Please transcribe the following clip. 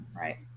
right